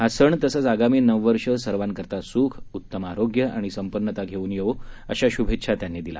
हा सण तसंच आगामी नववर्ष सर्वांकरता सुख उत्तम आरोग्य आणि संपन्नता घेऊन येवो अशा शुभेच्छा त्यांनी दिल्या